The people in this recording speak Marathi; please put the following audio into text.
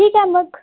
ठीक आहे मग